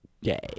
Yay